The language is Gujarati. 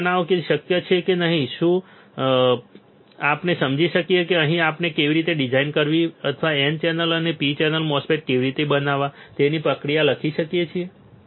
મને જણાવો કે તે શક્ય છે કે નહીં શું આપણે સમજી શકીએ કે નહીં આપણે કેવી રીતે ડિઝાઇન કરવી અથવા N ચેનલ અને P ચેનલ MOSFETs કેવી રીતે બનાવવા તેની પ્રક્રિયા લખી શકીએ છીએ